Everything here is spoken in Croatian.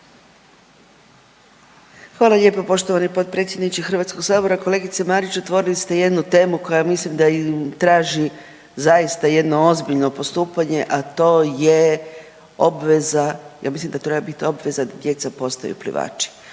Hvala lijepo poštovani potpredsjedniče HS-a, kolegice Marić. Otvorili ste jednu temu koja mislim da traži zaista jedno ozbiljno postupanje, a to je obveza, ja mislim da treba biti obveza da djeca postaju plivači.